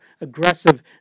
aggressive